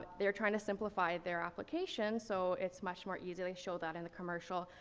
they're trying to simplify their application so it's much more easy they show that in the commercial.